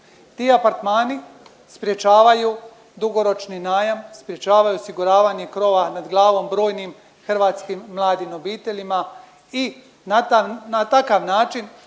ti apartmani sprječavaju dugoročni najam, sprječavaju osiguravanje krova nad glavom brojnim hrvatskim mladim obiteljima i na takav način